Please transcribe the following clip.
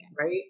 right